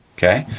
okay?